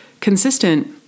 Consistent